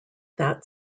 that